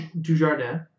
Dujardin